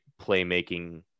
playmaking